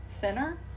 Thinner